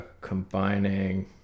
combining